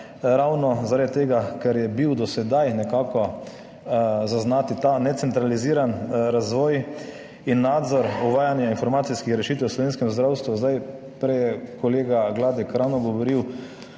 ravno zaradi tega, ker je bil do sedaj nekako zaznati ta necentraliziran razvoj in nadzor uvajanja informacijskih rešitev v slovenskem zdravstvu. Prej je kolega Gladek ravno govoril